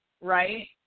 right